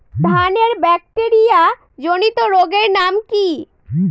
ধানের ব্যাকটেরিয়া জনিত রোগের নাম কি?